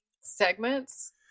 segments